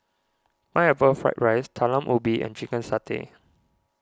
Pineapple Fried Rice Talam Ubi and Chicken Satay